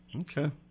Okay